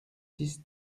six